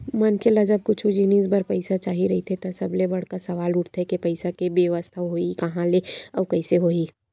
मनखे ल जब कुछु जिनिस बर पइसा चाही रहिथे त सबले बड़का सवाल उठथे के पइसा के बेवस्था होही काँहा ले अउ कइसे होही